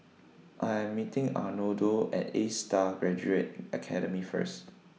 I Am meeting Arnoldo At A STAR Graduate Academy First